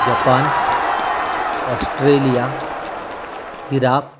Japan Australia Iraq